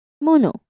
Mono